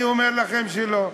אני אומר לכם שלא.